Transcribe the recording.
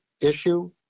issue